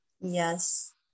yes